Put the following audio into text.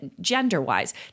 gender-wise